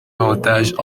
partagent